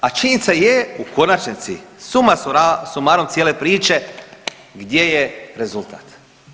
A činjenica je u konačnici suma sumarum cijele priče, gdje je rezultat.